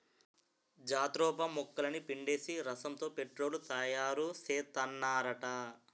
jatropha మొక్కలని పిండేసి రసంతో పెట్రోలు తయారుసేత్తన్నారట